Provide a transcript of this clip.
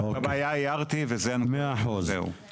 את הבעיה הארתי וזהו, תודה.